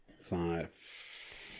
Five